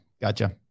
gotcha